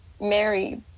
Mary